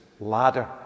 ladder